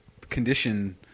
condition